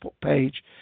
page